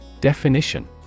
Definition